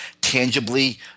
tangibly